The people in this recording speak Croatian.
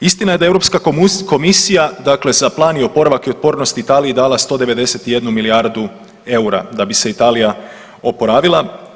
Istina je da je Europska komisija dakle za plan i oporavak i otpornost Italiji dala 191 milijardu EUR-a da bi se Italija oporavila.